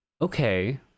okay